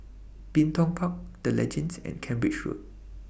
Bin Tong Park The Legends and Cambridge Road